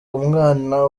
umwana